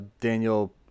Daniel